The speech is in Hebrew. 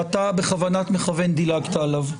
ואתה בכוונת מכוון דילגת עליו.